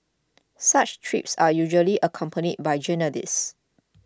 such trips are usually accompanied by journalists